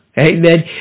amen